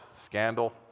scandal